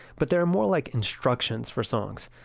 but they're more like instructions for songs.